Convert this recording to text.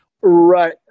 Right